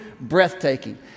breathtaking